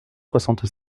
soixante